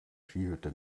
skihütte